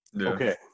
Okay